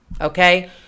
Okay